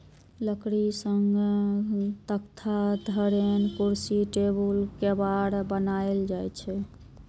लकड़ी सं तख्ता, धरेन, कुर्सी, टेबुल, केबाड़ बनाएल जाइ छै